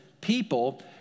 people